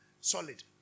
solid